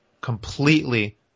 completely